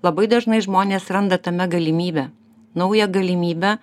labai dažnai žmonės randa tame galimybę naują galimybę